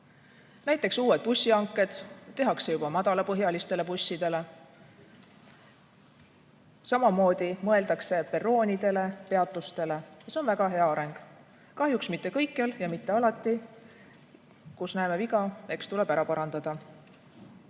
Näiteks uued bussihanked tehakse juba madalapõhjalistele bussidele, samamoodi mõeldakse perroonidele ja peatustele, ning see on väga hea areng. Kahjuks mitte kõikjal ja mitte alati. Kus näeme viga, eks tuleb ära parandada.